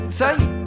tight